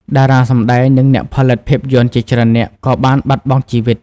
តារាសម្ដែង និងអ្នកផលិតភាពយន្តជាច្រើននាក់ក៏បានបាត់បង់ជីវិត។